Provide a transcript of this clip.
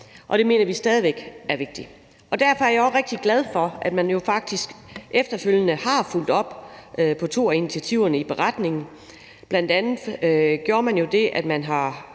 det mener vi stadig væk er vigtigt. Derfor er jeg også rigtig glad for, at man jo faktisk efterfølgende har fulgt op på to af initiativerne i beretningen. Bl.a. gjorde man det, at man